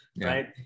right